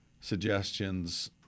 suggestions